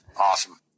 awesome